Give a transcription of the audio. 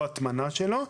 לא על הטמנה שלו.